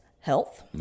Health